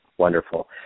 Wonderful